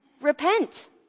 Repent